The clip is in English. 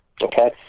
Okay